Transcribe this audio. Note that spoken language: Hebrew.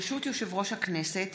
ברשות יושב-ראש הכנסת,